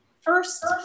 First